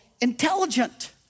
intelligent